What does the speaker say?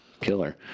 Killer